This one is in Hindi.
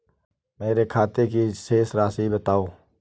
मेरे खाते की शेष राशि बताओ?